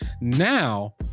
now